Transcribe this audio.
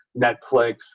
Netflix